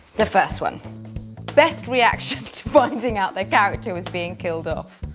the first one best reaction to finding out their character was being killed off